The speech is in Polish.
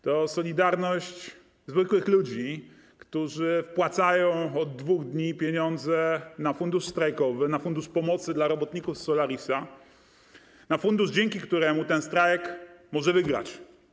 To solidarność zwykłych ludzi, którzy wpłacają od 2 dni pieniądze na fundusz strajkowy, na fundusz pomocy dla robotników z Solarisa, na fundusz, dzięki któremu ten strajk może wygrać.